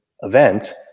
event